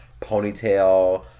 ponytail